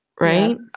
right